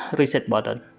but reset button